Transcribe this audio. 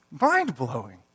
mind-blowing